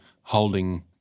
holding